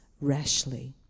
rashly